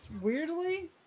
weirdly